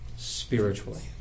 spiritually